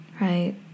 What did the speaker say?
right